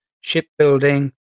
shipbuilding